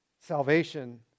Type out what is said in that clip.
salvation